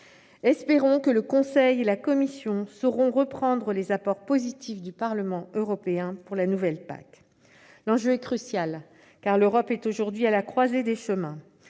Espérons que le Conseil et la Commission sauront reprendre les apports positifs du Parlement européen pour la nouvelle PAC. L'enjeu est crucial, car l'Europe est aujourd'hui à la croisée des chemins.